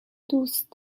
دوست